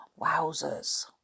Wowzers